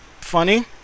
Funny